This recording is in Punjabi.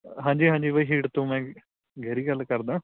ਹਾਂਜੀ ਹਾਂਜੀ ਬਾਈ ਤੋਂ ਮੈਂ ਗੈਰੀ ਗੱਲ ਕਰਦਾ